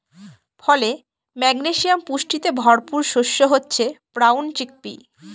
ফলে, ম্যাগনেসিয়াম পুষ্টিতে ভরপুর শস্য হচ্ছে ব্রাউন চিকপি